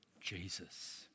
Jesus